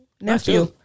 Nephew